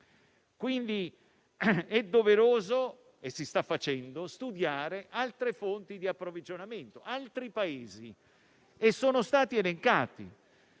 Quindi è doveroso - e lo si sta facendo - studiare altre fonti di approvvigionamento da altri Paesi, che sono stati elencati.